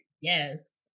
Yes